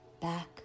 back